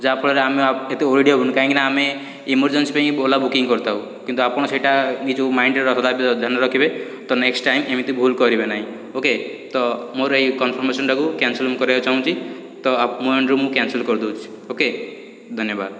ଯାହା ଫଳରେ ଆମେ ଏତେ ୱରିଡ଼୍ ହେବୁନି କାଇଁକି ନା ଆମେ ଇମରଜେନ୍ସି ପାଇଁ ଓଲା ବୁକିଂ କରିଥାଉ କିନ୍ତୁ ଆପଣ ସେଇଟା ଏହି ଯେଉଁ ମାଇଣ୍ଡରେ ଧ୍ୟାନ ରଖିବେ ତ ନେକ୍ସ୍ଟ ଟାଇମ ଏମିତି ଭୁଲ କରିବେ ନାହିଁ ଓକେ ତ ମୋର ଏହି କନଫର୍ମମେସନ୍ଟାକୁ କ୍ୟାନସଲ୍ ମୁଁ କରିବାକୁ ଚାହୁଁଛି ତ ଆପ୍ ମ ଏଣ୍ଡରୁ ମୁଁ କ୍ୟାନସଲ୍ କରିଦେଉଛି ଓକେ ଧନ୍ୟବାଦ